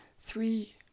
three